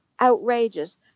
outrageous